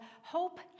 Hope